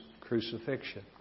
crucifixion